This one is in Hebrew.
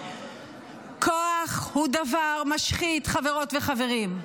כוח הוא דבר משחית, חברות וחברים.